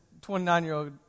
29-year-old